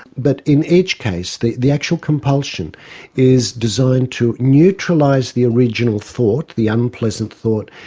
but in each case the the actual compulsion is designed to neutralise the original thought, the unpleasant thought,